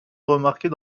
remarquer